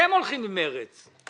אתם הולכים עם מרצ.